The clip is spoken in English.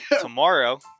tomorrow